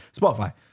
Spotify